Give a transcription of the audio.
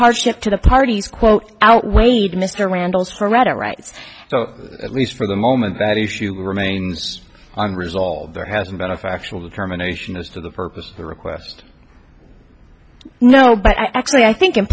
hardship to the parties quote outweighed mr randall's hereto rights so at least for the moment that issue remains unresolved there hasn't been a factual determination as to the purpose of the request no but i actually i think i